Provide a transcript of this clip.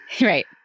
Right